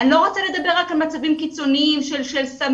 אני לא רוצה לדבר רק על מצבים קיצוניים של סמים,